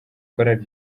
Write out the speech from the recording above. chorale